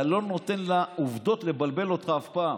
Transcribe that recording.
אתה לא נותן לעובדות לבלבל אותך אף פעם.